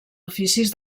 oficis